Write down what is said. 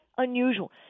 Unusual